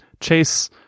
Chase